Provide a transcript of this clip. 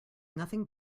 nothing